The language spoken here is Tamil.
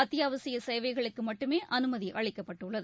அத்தியாவசிய சேவைகளுக்கு மட்டுமே அனுமதி அளிக்கப்பட்டுள்ளது